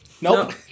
Nope